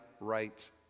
right